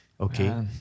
Okay